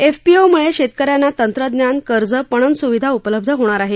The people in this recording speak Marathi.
एफपीओमुळे शेतकऱ्यांना तंत्रज्ञान कर्ज पणन सुविधा उपलब्ध होणार आहे